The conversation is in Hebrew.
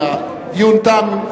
כי הדיון תם.